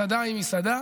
מסעדה היא מסעדה,